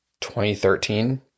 2013